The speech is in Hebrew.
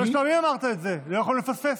שלוש פעמים אמרת את זה, לא יכולנו לפספס.